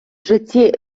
житті